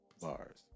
Bars